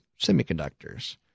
semiconductors